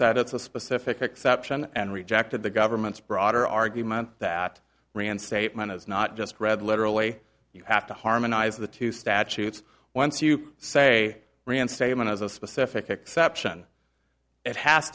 said it's a specific exception and rejected the government's broader argument that reinstatement is not just read literally you have to harmonize the two statutes once you say reinstatement is a specific exception it has